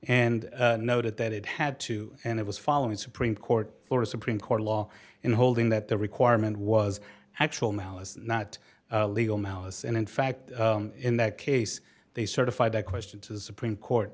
and noted that it had to and it was following supreme court florida supreme court law in holding that the requirement was actual malice not legal malice and in fact in that case they certified that question to the supreme court